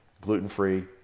gluten-free